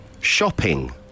Shopping